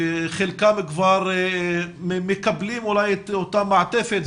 שחלקם כבר מקבלים אולי את אותה מעטפת,